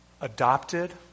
adopted